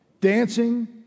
Dancing